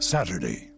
Saturday